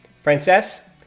Frances